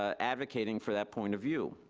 ah advocating for that point of view.